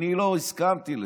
אני לא הסכמתי לזה,